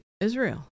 Israel